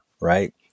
Right